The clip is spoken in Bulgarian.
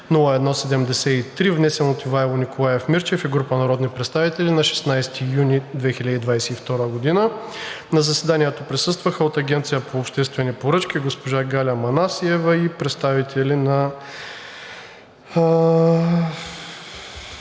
Агенцията по обществени поръчки госпожа Галя Манасиева и представители на